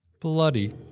bloody